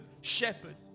shepherd